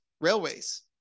railways